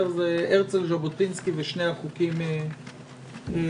הרצל, ז'בוטינסקי ושני החוקים שלפנינו.